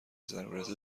ضرورت